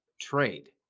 trade